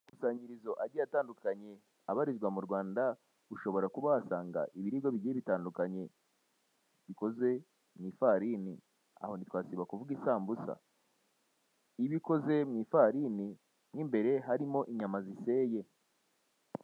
Amakusanyirizo agiye atandukanye abarizwa mu Rwanda, ushobora kuba wahasanga ibiribwa bigiye bitandukanye bikoze mu ifarini. Aha ntitwasiba kuvuga isambusa iba ikoze mu ifarini, mu imbere harimo inyama ziseye.